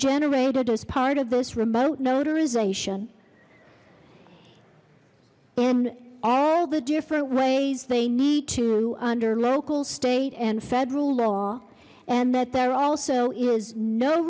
generated as part of this remote notarization in all the different ways they need to under local state and federal law and that there also is no